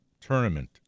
tournament